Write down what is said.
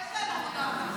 יש להם עבודה.